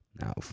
Now